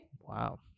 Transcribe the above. Wow